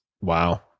Wow